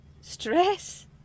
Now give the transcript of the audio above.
stress